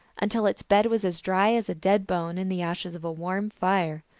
until its bed was as dry as a dead bone in the ashes of a warm fire.